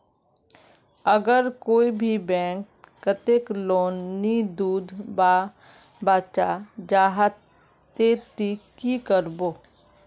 अगर कोई भी बैंक कतेक लोन नी दूध बा चाँ जाहा ते ती की करबो?